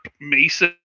Mason